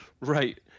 Right